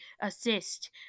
assist